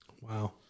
Wow